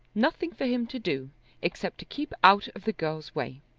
nothing for him to do except to keep out of the girl's way.